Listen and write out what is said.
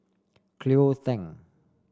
Cleo Thang